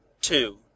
Two